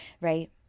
Right